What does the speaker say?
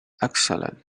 excellent